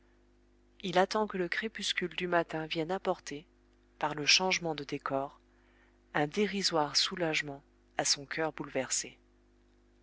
il attend que le crépuscule du matin vienne apporter par le changement de décors un dérisoire soulagement à son coeur bouleversé